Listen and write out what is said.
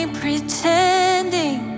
pretending